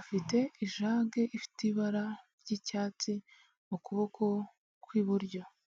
afite ijage ifite ibara ry'icyatsi mu kuboko kw'iburyo.